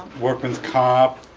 workman's comp,